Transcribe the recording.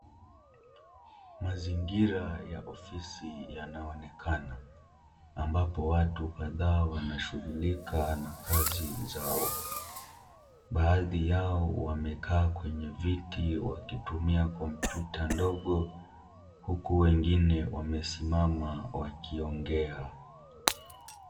Mazingira ya ofisi yanaonekana ambapo watu kadhaa wanashughulika na kazi zao . Baadhi yao wamekaa kwenye viti wakitumia kompyuta ndogo huku wengine wamesimama wakiongea.